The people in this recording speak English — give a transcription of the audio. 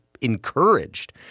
encouraged